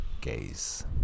gaze